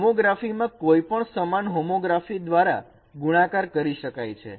homography માં કોઈપણ સમાન હોમોગ્રાફી દ્વારા ગુણાકાર કરી શકાય છે